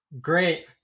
Great